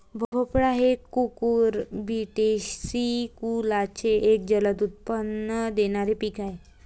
भोपळा हे कुकुरबिटेसी कुलाचे एक जलद उत्पन्न देणारे पीक आहे